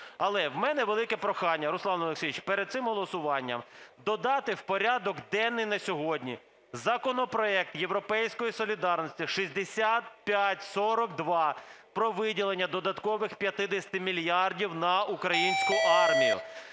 Але у мене велике прохання, Руслан Олексійович, перед цим голосуванням додати в порядок денний на сьогодні законопроект "Європейської солідарності" 6542 про виділення додаткових 50 мільярдів на українську армію.